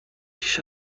شیشه